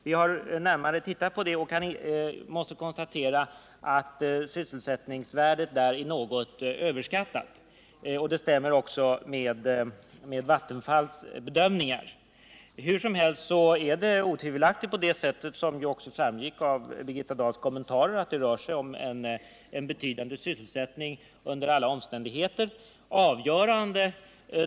Vi har sett närmare på saken och måste konstatera att sysselsättningsvärdet något överskattats, vilket också stämmer med Vattenfalls bedömningar. Hur som helst är det otvivelaktigt så, att det under alla omständigheter rör sig om en betydande sysselsättning, vilket också framgick av Birgitta Dahls kommentarer.